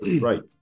Right